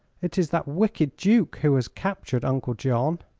it is that wicked duke who has captured uncle john.